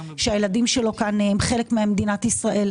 שהילדים שלו כאן הם חלק ממדינת ישראל,